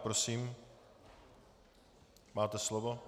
Prosím, máte slovo.